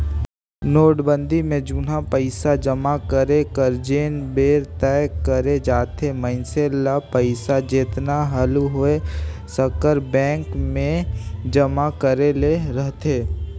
नोटबंदी में जुनहा पइसा जमा करे कर जेन बेरा तय करे जाथे मइनसे ल पइसा जेतना हालु होए सकर बेंक में जमा करे ले रहथे